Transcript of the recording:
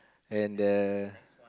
and the